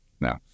No